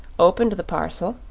opened the parcel,